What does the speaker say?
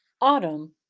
Autumn